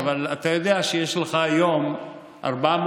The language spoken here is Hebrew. אבל אתה יודע שיש לך היום 400,000